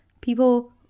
people